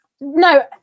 no